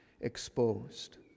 exposed